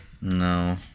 No